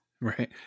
Right